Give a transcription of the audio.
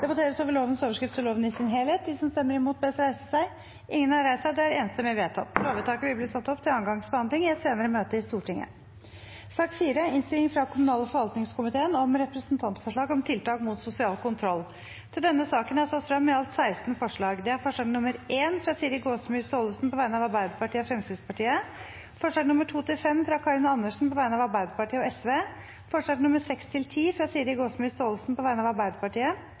det i skolehverdagen sin. Så takk til komiteen for det. Flere har ikke bedt om ordet til sak nr. 4. Stortinget går da til votering. Sakene nr. 1 og 2 var redegjørelser. Det voteres over lovens overskrift og loven i sin helhet. Lovvedtaket vil bli ført opp til andre gangs behandling i et senere møte i Stortinget. Under debatten er det satt frem i alt 16 forslag. Det er forslag nr.1, fra Siri Gåsemyr Staalesen på vegne av Arbeiderpartiet og Fremskrittspartiet forslagene nr. 2–5, fra Karin Andersen på vegne av Arbeiderpartiet og Sosialistisk Venstreparti forslagene nr. 6–10, fra Siri Gåsemyr Staalesen på vegne av Arbeiderpartiet